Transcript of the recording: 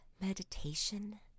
meditation